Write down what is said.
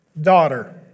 daughter